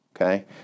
Okay